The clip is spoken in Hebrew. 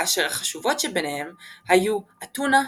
כאשר החשובות שבהם היו אתונה,